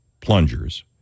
plungers